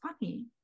funny